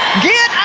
get